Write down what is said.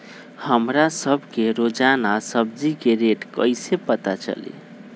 हमरा सब के रोजान सब्जी के रेट कईसे पता चली?